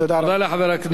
תודה רבה.